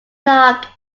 knock